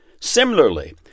Similarly